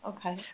Okay